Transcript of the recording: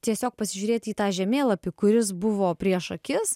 tiesiog pasižiūrėti į tą žemėlapį kuris buvo prieš akis